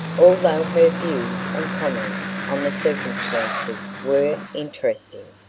although her views and comments on the circumstances were interesting.